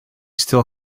still